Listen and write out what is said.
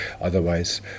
Otherwise